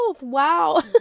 Wow